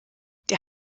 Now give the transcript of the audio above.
der